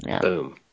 Boom